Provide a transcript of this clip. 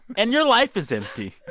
and your life is empty.